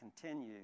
continue